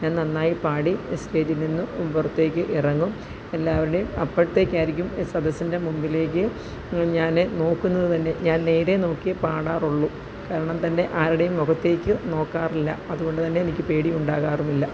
ഞാൻ നന്നായി പാടി സ്റ്റേജിൽ നിന്നും പുറത്തേക്ക് ഇറങ്ങും എല്ലാവരുടെയും അപ്പോഴത്തേക്കായിരിക്കും സദസ്സിൻ്റെ മുമ്പിലേക്ക് ഞാൻ നോക്കുന്നത് തന്നെ ഞാൻ നേരെ നോക്കിയേ പാടാറുള്ളൂ കാരണം തന്നെ ആരുടെയും മുഖത്തേക്ക് നോക്കാറില്ല അതുകൊണ്ടു തന്നെ എനിക്ക് പേടിയും ഉണ്ടാകാറുമില്ല